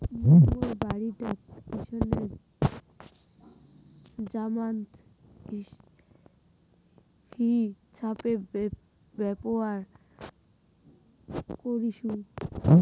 মুই মোর বাড়িটাক ঋণের জামানত হিছাবে ব্যবহার করিসু